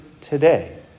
today